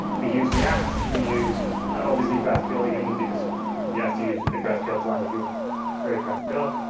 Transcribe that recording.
we use react, we use obviously graphql again, because you have to use a graphql client if you want to create graphql.